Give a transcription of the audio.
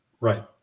Right